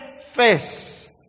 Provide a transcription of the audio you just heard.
face